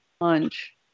lunch